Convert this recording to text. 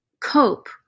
cope